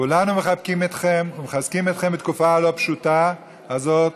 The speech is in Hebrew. כולנו מחבקים אתכם ומחזקים אתכם בתקופה הלא-פשוטה הזאת,